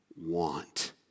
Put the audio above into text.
want